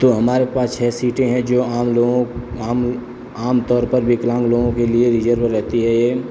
तो हमारे पास छः सीटें हैं जो आम लोगों आम आम तौर पर विकलांग लोगों के लिए रिज़र्व रहती हैं